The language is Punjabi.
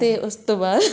ਅਤੇ ਉਸ ਤੋਂ ਬਾਅਦ